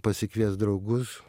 pasikviest draugus